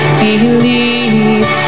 believe